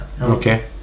Okay